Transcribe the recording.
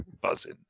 Buzzing